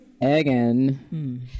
again